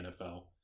NFL